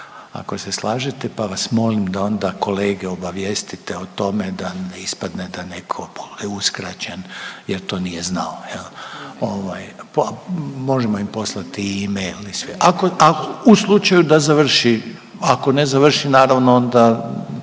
ako se slažete, pa vas molim da onda kolege obavijestite o tome da ne ispadne da netko bude uskraćen jer to nije znao, je li? Ovaj, možemo im poslati e-mail i sve, ako, u slučaju da